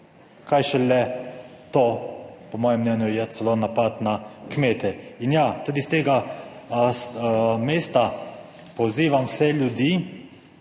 kaj šele to, po mojem mnenju je celo napad na kmete. In ja, tudi s tega mesta pozivam vse ljudi,